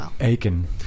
Aiken